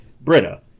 Britta